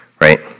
right